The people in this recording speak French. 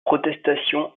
protestation